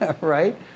right